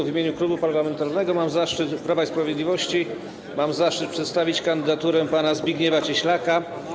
W imieniu Klubu Parlamentarnego Prawo i Sprawiedliwość mam zaszczyt przedstawić kandydaturę pana Zbigniewa Cieślaka.